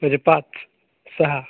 म्हणजे पाच सहा